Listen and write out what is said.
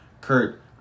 Kurt